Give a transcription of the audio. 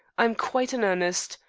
i am quite in earnest.